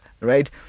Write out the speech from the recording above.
right